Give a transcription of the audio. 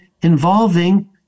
involving